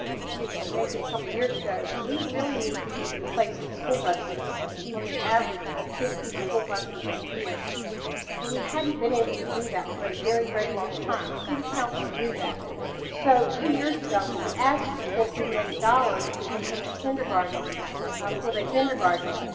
a few. maybe a couple of years ago that we really need to be replacing school buses on the average of fifty school buses. a year and we haven't been able to do that for a very, very long time city council knew that so two years ago, when we ask for fourteen million dollars to implement kindergarten ah full day kindergarten